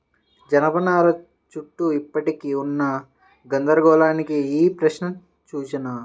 జనపనార చుట్టూ ఇప్పటికీ ఉన్న గందరగోళానికి ఈ ప్రశ్న సూచన